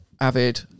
avid